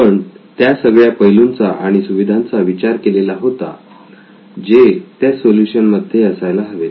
आपण त्या सगळ्या पैलूंचा किंवा सुविधांचा विचार केलेला होता जे त्या सोल्युशन मध्ये असायला हवेत